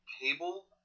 cable